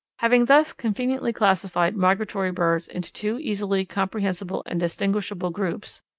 having thus conveniently classified migratory birds into two easily comprehensible and distinguishable groups,